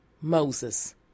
Moses